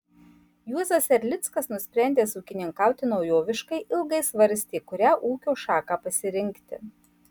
juozas erlickas nusprendęs ūkininkauti naujoviškai ilgai svarstė kurią ūkio šaką pasirinkti